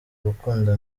urukundo